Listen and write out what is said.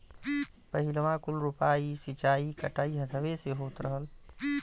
पहिलवाँ कुल रोपाइ, सींचाई, कटाई हथवे से होत रहल